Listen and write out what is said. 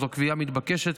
זו קביעה מתבקשת,